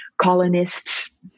colonists